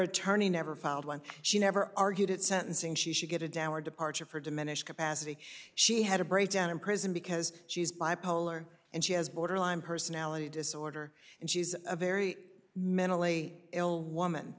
attorney never filed one she never argued at sentencing she should get a downward departure for diminished capacity she had a breakdown in prison because she's bipolar and she has borderline personality disorder and she's a very mentally ill woman